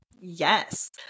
Yes